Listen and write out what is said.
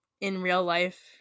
in-real-life